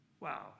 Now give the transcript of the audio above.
Wow